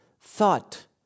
thought